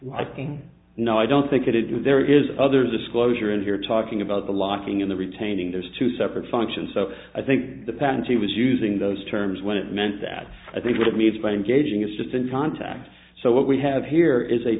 liking no i don't think it was there is other disclosure in here talking about the locking in the retaining those two separate functions so i think the patterns he was using those terms when it meant that i think what it means by engaging is just in context so what we have here is a